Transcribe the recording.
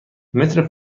متر